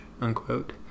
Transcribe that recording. unquote